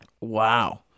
Wow